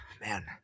man